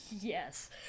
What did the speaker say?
Yes